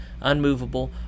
unmovable